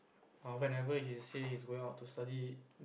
err whenever he says he's going out to study